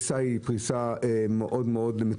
מאוד מצומצמת,